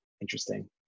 interesting